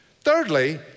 Thirdly